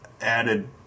added